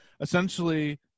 essentially